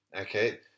Okay